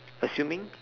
assuming